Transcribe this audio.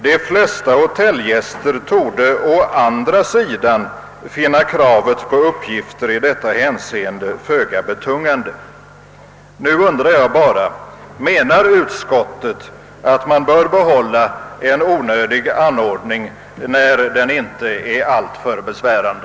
De flesta hotellgäster torde å andra sidan finna kravet på uppgifter i detta hänseende föga betungande.» Jag undrar bara: Menar utskottet att man bör behålla en onödig anordning när den inte är alltför besvärande?